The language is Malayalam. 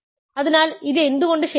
അതിനാൽ ഇത് എന്തുകൊണ്ട് ശരിയാണ്